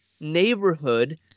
neighborhood